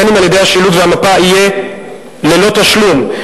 ואם על-ידי השילוט והמפה, יהיה ללא תשלום.